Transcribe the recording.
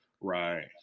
Right